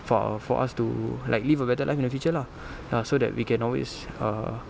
for our for us to like live a better life in the future lah ya so that we can always err